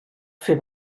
fer